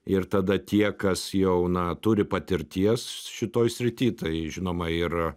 ir tada tie kas jau na turi patirties šitoj srity tai žinoma ir